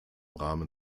rahmen